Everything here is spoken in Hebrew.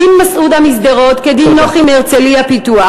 דין מסעודה משדרות כדין נוחי מהרצלייה-פיתוח.